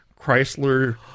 Chrysler